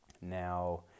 Now